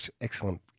excellent